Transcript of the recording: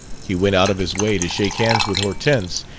he went out of his way to shake hands with hortense,